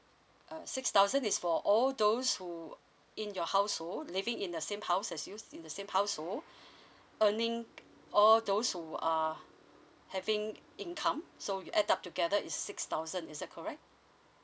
uh six thousand is for all those who in your household living in the same house as you in the same household earning all those who are having income so you add up together is six thousand is that correct